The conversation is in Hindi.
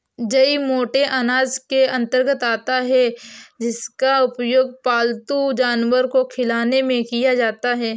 जई मोटे अनाज के अंतर्गत आता है जिसका उपयोग पालतू जानवर को खिलाने में किया जाता है